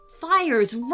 Fires